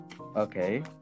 Okay